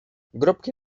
grupki